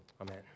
Amen